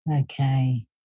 Okay